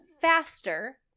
faster